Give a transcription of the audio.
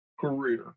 career